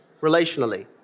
relationally